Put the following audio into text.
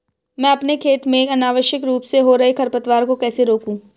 मैं अपने खेत में अनावश्यक रूप से हो रहे खरपतवार को कैसे रोकूं?